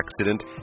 accident